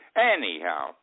Anyhow